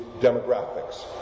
demographics